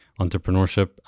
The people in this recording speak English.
entrepreneurship